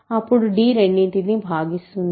అప్పుడు d రెండింటినీ భాగిస్తుంది